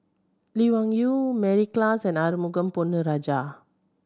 Lee Wung Yew Mary Klass and Arumugam Ponnu Rajah